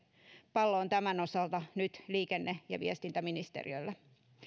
pallo on tämän osalta nyt liikenne ja viestintäministeriöllä